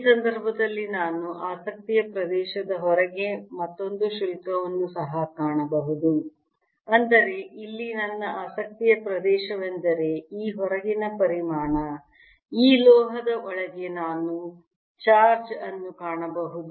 ಈ ಸಂದರ್ಭದಲ್ಲಿ ನಾನು ಆಸಕ್ತಿಯ ಪ್ರದೇಶದ ಹೊರಗೆ ಮತ್ತೊಂದು ಶುಲ್ಕವನ್ನು ಸಹ ಕಾಣಬಹುದು ಅಂದರೆ ಇಲ್ಲಿ ನನ್ನ ಆಸಕ್ತಿಯ ಪ್ರದೇಶವೆಂದರೆ ಈ ಹೊರಗಿನ ಪರಿಮಾಣ ಈ ಲೋಹದ ಒಳಗೆ ನಾನು ಚಾರ್ಜ್ ಅನ್ನು ಕಾಣಬಹುದು